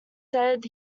said